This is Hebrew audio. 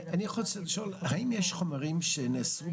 אני רוצה לשאול האם יש חומרים שנאסרו